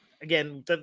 again